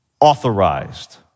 authorized